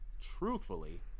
Truthfully